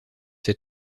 ses